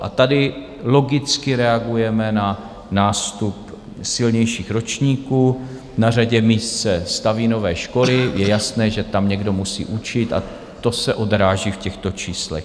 A tady logicky reagujeme na nástup silnějších ročníků, na řadě míst se staví nové školy, je jasné, že tam někdo musí učit, a to se odráží v těchto číslech.